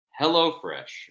HelloFresh